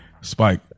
Spike